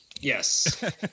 Yes